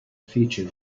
features